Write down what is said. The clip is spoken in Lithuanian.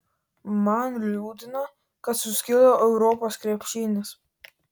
man liūdna kad suskilo europos krepšinis